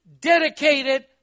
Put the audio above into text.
dedicated